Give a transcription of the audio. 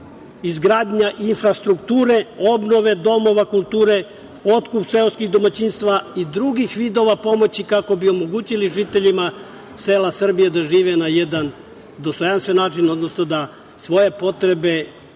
izgradnja infrastrukture, obnove domova kulture, otkup seoskih domaćinstava i drugih vidova pomoći kako bi omogućili žiteljima sela Srbije da žive na jedan dostojanstven način, odnosno da svoje potrebe